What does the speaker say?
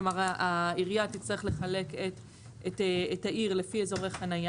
כלומר העירייה תצטרך לחלק את העיר לפי אזורי חניה